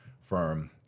firm